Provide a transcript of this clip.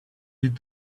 did